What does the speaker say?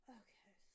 okay